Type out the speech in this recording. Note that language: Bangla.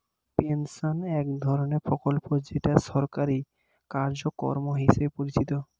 পেনশন এক ধরনের প্রকল্প যেটা সরকারি কার্যক্রম হিসেবে পরিচিত